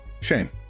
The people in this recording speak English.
Shame